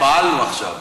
התפעלנו עכשיו.